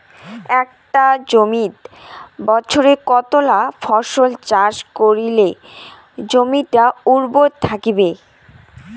একটা জমিত বছরে কতলা ফসল চাষ করিলে জমিটা উর্বর থাকিবে?